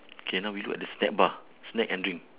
K now we look at the snack bar snack and drink